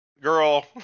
girl